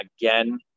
again